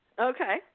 Okay